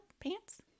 pants